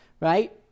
right